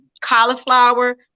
Cauliflower